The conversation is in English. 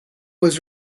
was